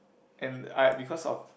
and I because of